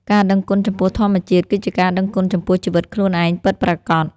ការដឹងគុណចំពោះធម្មជាតិ គឺជាការដឹងគុណចំពោះជីវិតខ្លួនឯងពិតប្រាកដ។